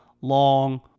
long